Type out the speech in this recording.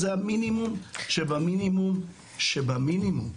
זה המינימום שבמינימום שבמינימום.